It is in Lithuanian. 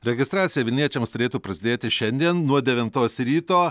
registracija vilniečiams turėtų prasidėti šiandien nuo devintos ryto